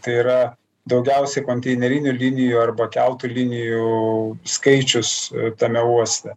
tai yra daugiausiai konteinerinių linijų arba keltų linijų skaičius tame uoste